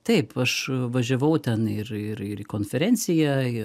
taip aš važiavau ten ir ir ir į konferenciją ir